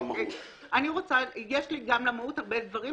יש לי גם למהות הרבה דברים,